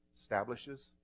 Establishes